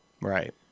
Right